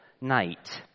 night